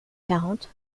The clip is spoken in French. quarante